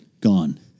gone